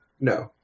No